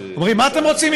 אומרים: מה אתם רוצים?